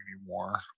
anymore